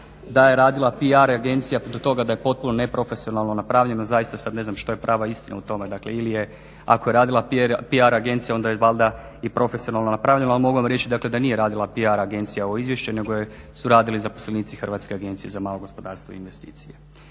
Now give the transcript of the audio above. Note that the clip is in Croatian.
da je radila PR agencija do toga da je potpuno neprofesionalno napravljeno zaista sada ne znam što je prava istina u tome. Dakle ako je radila PR agencija onda je valjda i profesionalno napravljeno. Ali mogu vam reći da nije radila PR agencija ovo izvješće nego su radili zaposlenici Hrvatske agencije za malo gospodarstvo i investicije.